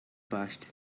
past